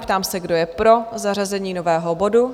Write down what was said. Ptám se, kdo je pro zařazení nového bodu?